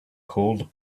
called